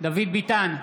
דוד ביטן,